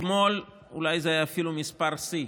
אתמול אולי זה היה אפילו מספר שיא.